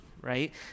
right